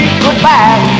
goodbye